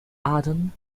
arden